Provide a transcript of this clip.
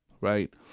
right